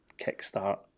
kick-start